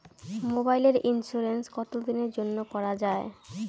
মোবাইলের ইন্সুরেন্স কতো দিনের জন্যে করা য়ায়?